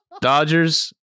Dodgers